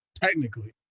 technically